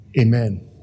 Amen